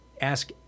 Ask